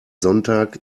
sonntag